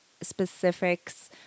specifics